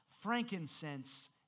frankincense